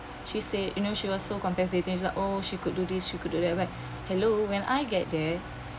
she said you know she was so compensating oh she could do this she could do that well hello when I get there